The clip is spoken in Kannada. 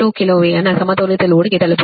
ಪ್ರತಿ ಕಿಲೋ ಮೀಟರ್ಗೆ ಪ್ರತಿರೋಧವನ್ನು 0